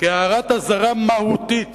כהערת אזהרה מהותית